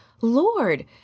Lord